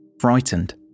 Frightened